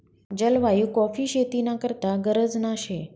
जलवायु काॅफी शेती ना करता गरजना शे